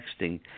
texting